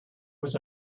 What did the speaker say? was